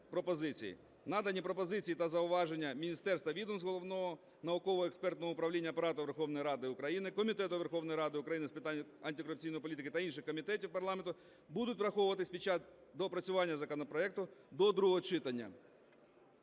Надані пропозиції та зауваження міністерств та відомств, Головного науково-експертного управління Апарату Верховної Ради України, Комітету Верховної Ради України з питань антикорупційної політики та інших комітетів парламенту будуть враховуватись під час доопрацювання законопроекту до другого читання.